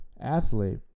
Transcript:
athlete